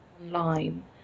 online